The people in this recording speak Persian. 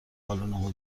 بالن